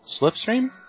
Slipstream